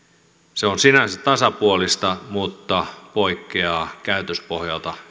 se on sinänsä tasapuolista mutta poikkeaa käytöspohjaltaan